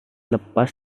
lepas